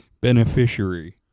Beneficiary